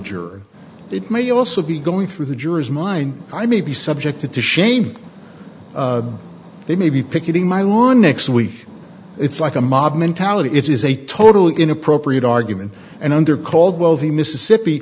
jury it may also be going through the jury's mind i may be subjected to shame they may be picketing my lawn next week it's like a mob mentality it is a totally inappropriate argument and under caldwell v mississippi